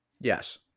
Yes